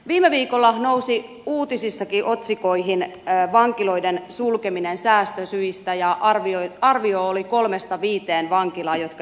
viime viikolla nousi uutisissakin otsikoihin vankiloiden sulkeminen säästösyistä ja arvio oli kolmesta viiteen vankilaa jotka jouduttaisiin sulkemaan